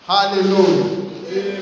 Hallelujah